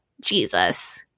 Jesus